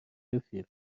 رفیق